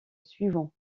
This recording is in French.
suivant